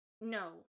no